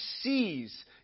sees